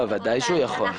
ודאי שהוא יכול.